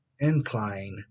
Incline